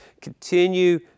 continue